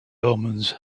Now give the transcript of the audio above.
omens